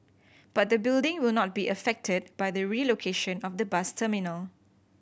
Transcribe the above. but the building will not be affected by the relocation of the bus terminal